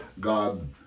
God